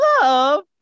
love